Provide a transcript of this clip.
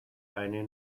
eine